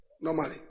Normally